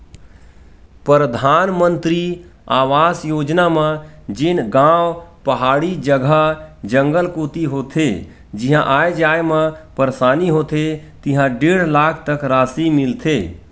परधानमंतरी आवास योजना म जेन गाँव पहाड़ी जघा, जंगल कोती होथे जिहां आए जाए म परसानी होथे तिहां डेढ़ लाख तक रासि मिलथे